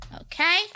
Okay